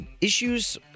issues